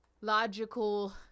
logical